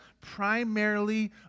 primarily